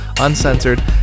uncensored